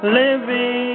living